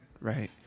right